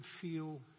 feel